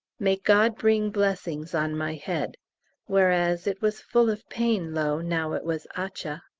may god bring blessings on my head whereas it was full of pain, lo, now it was atcha.